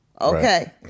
okay